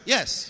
Yes